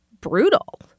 brutal